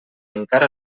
encara